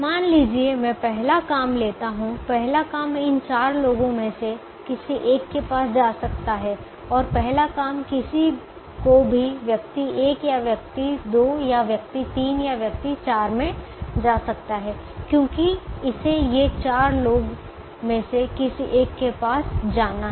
मान लीजिए मैं पहला काम लेता हूं पहला काम इन चार लोगों में से किसी एक के पास जा सकता है और पहला काम किसी को भी व्यक्ति 1 या व्यक्ति 2 या व्यक्ति 3 या व्यक्ति 4 में जा सकता है क्योंकि इसे ये चार लोग में से किसी एक के पास जाना है